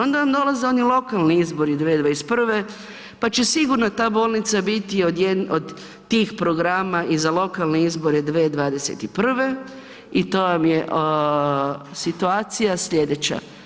Onda vam dolaze oni lokalni izbori 2021. pa će sigurno ta bolnica biti od tih programa i za lokalne izbore 2021. i to vam je situacija sljedeća.